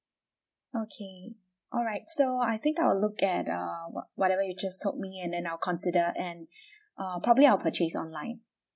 okay alright so I think I'll look at err what whatever you just told me and then I'll consider and err probably I'll purchase online